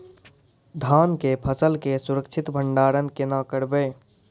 धान के फसल के सुरक्षित भंडारण केना करबै?